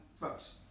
votes